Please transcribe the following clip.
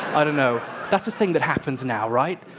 but you know that's a thing that happens now, right?